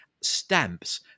stamps